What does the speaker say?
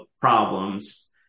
problems